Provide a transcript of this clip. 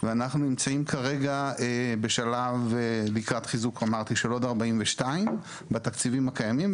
ואנחנו נמצאים כרגע בשלב לקראת חיזוק של עוד 42 בתקציבים הקיימים.